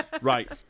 Right